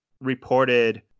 reported